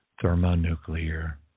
thermonuclear